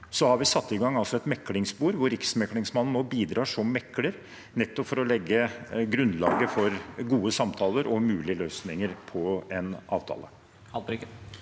har vi satt i gang et meklingsspor hvor Riksmekleren nå bidrar som mekler, nettopp for å legge grunnlaget for gode samtaler og mulige løsninger for en avtale.